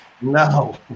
No